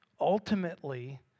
Ultimately